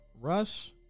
Russ